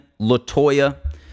Latoya